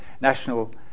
national